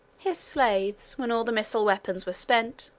his slaves when all the missile weapons were spent,